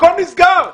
הכול נסגר.